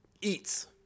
eats